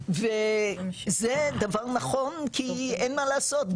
וזה דבר נכון כי אין מה לעשות,